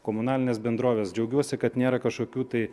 komunalines bendroves džiaugiuosi kad nėra kažkokių tai